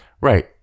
Right